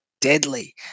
deadly